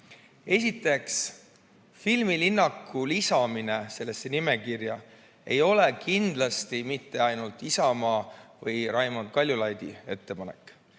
Esiteks, filmilinnaku lisamine sellesse nimekirja ei ole kindlasti mitte ainult Isamaa ja Raimond Kaljulaidi ettepanek.